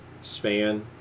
span